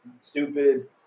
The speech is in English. stupid